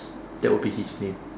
that will be his name